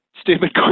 stupid